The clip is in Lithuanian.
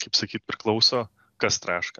kaip sakyt priklauso kas traška